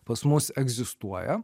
pas mus egzistuoja